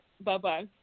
Bye-bye